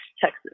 Texas